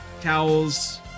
towels